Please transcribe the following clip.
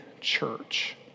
church